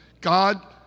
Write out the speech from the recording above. God